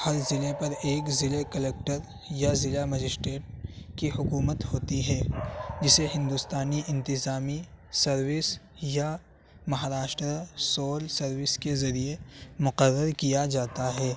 ہر ضلعے پر ایک ضلع کلکٹر یا ضلع مجسٹریٹ کی حکومت ہوتی ہے جسے ہندوستانی انتظامی سروس یا مہاراشٹر سول سروس کے ذریعے مقرر کیا جاتا ہے